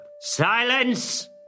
Silence